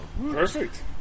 Perfect